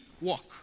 walk